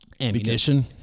ammunition